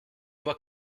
vois